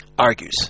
Argues